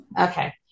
Okay